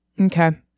Okay